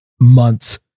months